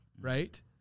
right